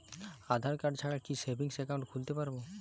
আধারকার্ড ছাড়া কি savings account খুলতে পারব?